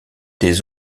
des